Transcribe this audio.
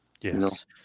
yes